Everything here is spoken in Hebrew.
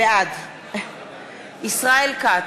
בעד ישראל כץ,